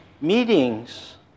meetings